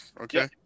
Okay